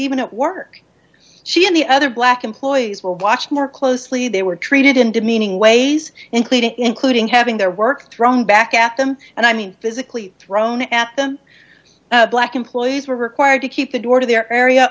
even at work she and the other black employees will watch more closely they were treated in demeaning ways including including having their work thrown back at them and i mean physically thrown at them black employees were required to keep the door of their area